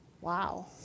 Wow